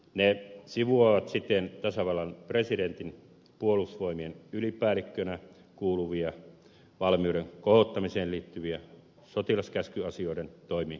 ne sivuavat siten tasavallan presidentille puolustusvoimien ylipäällikkönä kuuluvia valmiuden kohottamiseen liittyviä sotilaskäskyasioiden toimivaltuuksia